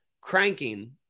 cranking